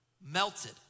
melted